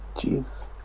Jesus